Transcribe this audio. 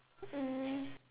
mm